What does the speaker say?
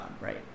right